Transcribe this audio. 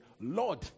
Lord